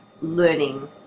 learning